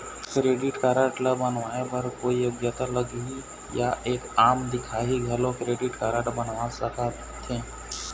Credit card ला बनवाए बर कोई योग्यता लगही या एक आम दिखाही घलो क्रेडिट कारड बनवा सका थे?